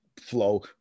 flow